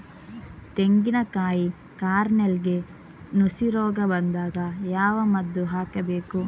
ತೆಂಗಿನ ಕಾಯಿ ಕಾರ್ನೆಲ್ಗೆ ನುಸಿ ರೋಗ ಬಂದಾಗ ಯಾವ ಮದ್ದು ಹಾಕಬೇಕು?